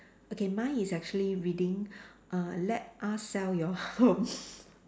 okay mine is actually reading err let us sell your home